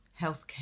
healthcare